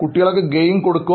കുട്ടികൾക്ക് ഗെയിം കൊടുക്കുക